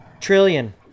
trillion